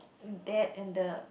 bad and the